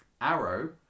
Arrow